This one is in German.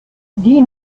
die